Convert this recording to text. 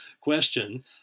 question